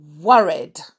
worried